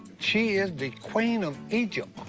she is the queen of egypt.